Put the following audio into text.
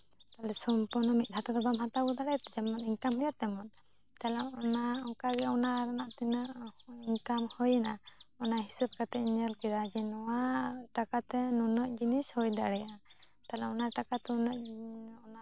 ᱛᱟᱦᱚᱞᱮ ᱥᱚᱢᱯᱩᱨᱱᱚ ᱢᱤᱫ ᱫᱷᱟᱣ ᱛᱮᱫᱚ ᱵᱟᱢ ᱦᱟᱛᱟᱣ ᱟᱹᱜᱩ ᱫᱟᱲᱮᱭᱟᱜᱼᱟ ᱛᱚ ᱡᱮᱢᱚᱱ ᱤᱱᱠᱟᱢ ᱦᱩᱭᱩᱜᱼᱟ ᱛᱮᱢᱚᱱ ᱛᱟᱦᱚᱞᱮ ᱚᱱᱠᱟᱜᱮ ᱚᱱᱟ ᱨᱮᱱᱟᱜ ᱛᱤᱱᱟᱹᱜ ᱤᱱᱠᱟᱢ ᱦᱩᱭᱱᱟ ᱚᱱᱟ ᱦᱤᱥᱟᱹᱵ ᱠᱟᱛᱮᱧ ᱧᱮᱞ ᱠᱮᱫᱟ ᱡᱮ ᱱᱚᱣᱟ ᱴᱟᱠᱟᱛᱮ ᱱᱩᱱᱟᱹᱜ ᱡᱤᱱᱤᱥ ᱦᱩᱭ ᱫᱟᱲᱮᱭᱟᱜᱼᱟ ᱛᱟᱦᱚᱞᱮ ᱚᱱᱟ ᱴᱟᱠᱟᱛᱮ ᱩᱱᱟᱹᱜ